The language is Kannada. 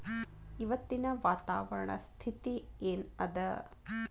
ಇವತ್ತಿನ ವಾತಾವರಣ ಸ್ಥಿತಿ ಏನ್ ಅದ?